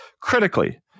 Critically